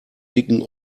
dicken